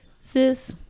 Sis